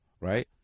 right